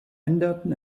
änderten